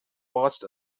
watched